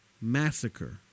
massacre